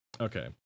Okay